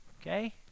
okay